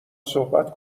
صحبت